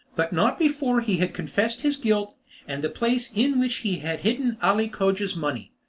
but not before he had confessed his guilt and the place in which he had hidden ali cogia's money.